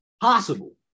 possible